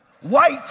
white